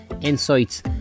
insights